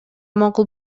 макул